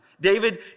David